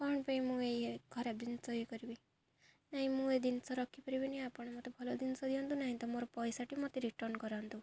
କ'ଣ ପାଇଁ ମୁଁ ଏଇ ଖରାପ ଜିନିଷ ଇଏ କରିବି ନାଇଁ ମୁଁ ଏଇ ଜିନିଷ ରଖିପାରିବିନି ଆପଣ ମୋତେ ଭଲ ଜିନିଷ ଦିଅନ୍ତୁ ନାଇଁ ତ ମୋର ପଇସାଟି ମୋତେ ରିଟର୍ଣ୍ଣ କରନ୍ତୁ